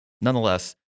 Nonetheless